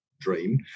dream